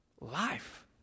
life